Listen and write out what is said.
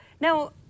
now